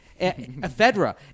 Ephedra